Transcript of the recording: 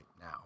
now